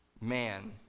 man